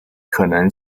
可能